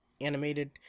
animated